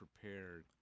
prepared